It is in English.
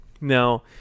Now